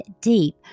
deep